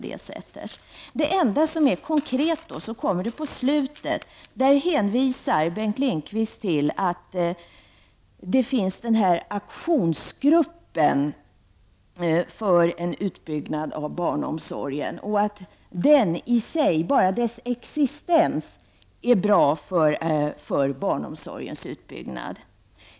Det enda konkreta kommer på slutet där Bengt Lindqvist hänvisar till att det finns en aktiongrupp för en utbyggnad av barnomsorgen och att bara dess existens skulle vara bra för barnomsorgens utbyggnad.